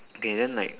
okay then like